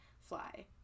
Fly